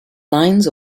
lines